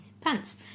pants